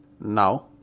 Now